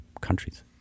countries